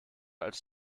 als